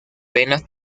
venas